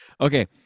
Okay